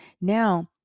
Now